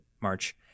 March